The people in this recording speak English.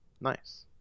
Nice